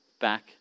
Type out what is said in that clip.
back